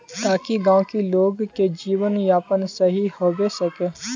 ताकि गाँव की लोग के जीवन यापन सही होबे सके?